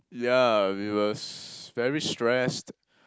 yeah we was very stressed